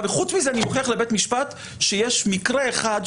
וחוץ מזה אני אוכיח לבית משפט שיש מקרה אחד,